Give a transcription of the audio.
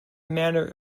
manor